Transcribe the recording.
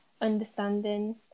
understanding